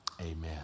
amen